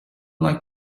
like